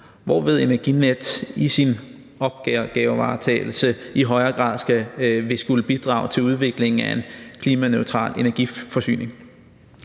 hvorved Energinet i sin opgavevaretagelse i højere grad vil skulle bidrage til udviklingen af en klimaneutral energiforsyning,